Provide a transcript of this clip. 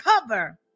cover